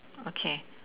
okay